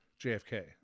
JFK